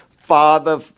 father